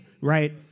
Right